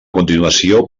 continuació